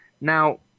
Now